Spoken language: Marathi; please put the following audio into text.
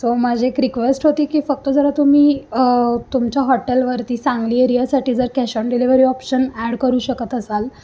सो माझी एक रिक्वेस्ट होती की फक्त जरा तुम्ही तुमच्या हॉटेलवरती सांगली एरियासाठी जर cash on delivery option add करू शकत असाल